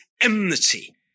enmity